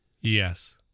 Yes